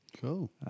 Cool